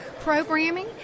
programming